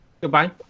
goodbye